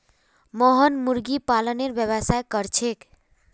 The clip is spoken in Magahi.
मोहन मुर्गी पालनेर व्यवसाय कर छेक